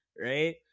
Right